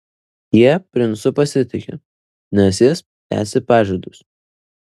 jie princu pasitiki nes jis tesi pažadus